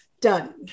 done